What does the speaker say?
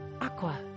aqua